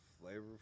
flavor